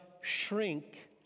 shrink